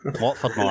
Watford